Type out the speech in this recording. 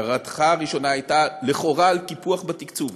הערתך הראשונה הייתה לכאורה על קיפוח בתקצוב.